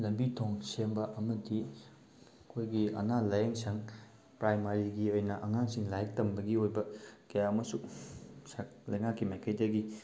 ꯂꯝꯕꯤ ꯊꯣꯡ ꯁꯦꯝꯕ ꯑꯃꯗꯤ ꯑꯩꯈꯣꯏꯒꯤ ꯑꯅꯥ ꯂꯥꯏꯌꯦꯡꯁꯪ ꯄ꯭ꯔꯥꯏꯃꯥꯔꯤꯒꯤ ꯑꯣꯏꯅ ꯑꯉꯥꯡꯁꯤꯡ ꯂꯥꯏꯔꯤꯛ ꯇꯝꯕꯒꯤ ꯑꯣꯏꯕ ꯀꯌꯥ ꯑꯃꯁꯨ ꯂꯩꯉꯥꯛꯀꯤ ꯃꯥꯏꯀꯩꯗꯒꯤ